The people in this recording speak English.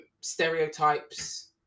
stereotypes